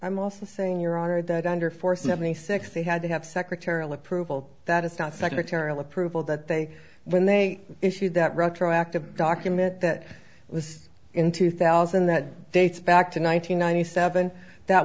i'm also saying your honor that under four seventy six they had to have secretarial approval that is not secretarial approval that they when they issued that retroactive document that was in two thousand that dates back to nine hundred ninety seven that